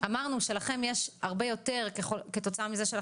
אמרנו שלכם יש הרבה יותר ככל הנראה כתוצאה מזה.